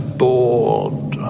bored